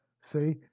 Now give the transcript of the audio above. See